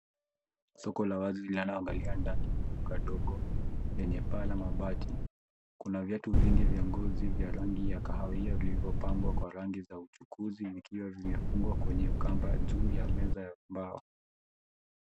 Soko la wazi linaloangalia ndani ya duka ndogo yenye paa la mabati. Kuna viatu vingi vya ngozi vya rangi ya kahawia vilivyopangwa kwa rangi ya uchukuzi vikiwa vimefungwa kwenye kamba juu ya meza ya mbao.